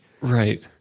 right